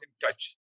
touch